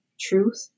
truth